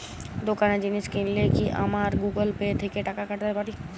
দোকানে জিনিস কিনলে কি আমার গুগল পে থেকে টাকা দিতে পারি?